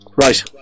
Right